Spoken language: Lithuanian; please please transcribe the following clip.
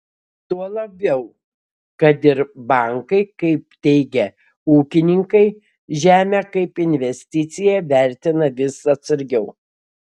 tuo labiau kad ir bankai kaip teigia ūkininkai žemę kaip investiciją vertina vis atsargiau